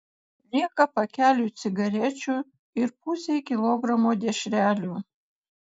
lieka pakeliui cigarečių ir pusei kilogramo dešrelių